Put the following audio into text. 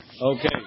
Okay